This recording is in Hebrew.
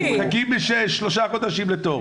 מחכיים שלושה חודשים לתור.